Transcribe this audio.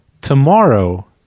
tomorrow